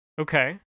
okay